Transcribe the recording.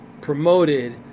promoted